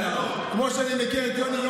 כמו שאני מכיר את יוני,